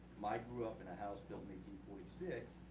i grew up in a house built six.